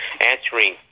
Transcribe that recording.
answering